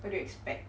what do you expect